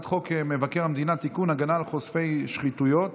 מבקר המדינה (תיקון, הגנה על חושפי שחיתויות